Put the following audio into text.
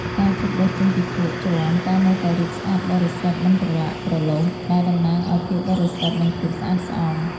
ផ្កាឈូកដុះចេញពីភក់ជ្រាំតែនៅតែរីកស្អាតបរិសុទ្ធ មិនប្រឡាក់ប្រឡូស ដែលតំណាងឱ្យភាពបរិសុទ្ធ និងភាពស្អាតស្អំ ។